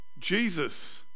Jesus